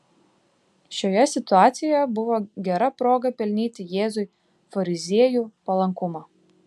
šioje situacijoje buvo gera proga pelnyti jėzui fariziejų palankumą